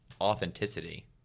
authenticity